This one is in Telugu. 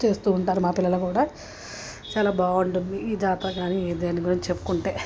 చేస్తూ ఉంటారు మా పిల్లలు కూడా చాలా బాగుంటుంది ఈ జాతర కానీ దేని గురించి చెప్పుకుంటే